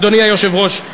אדוני היושב-ראש,